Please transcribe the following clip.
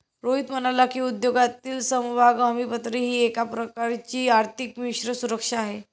रोहित म्हणाला की, उद्योगातील समभाग हमीपत्र ही एक प्रकारची आर्थिक मिश्र सुरक्षा आहे